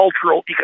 cultural